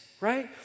right